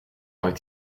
avec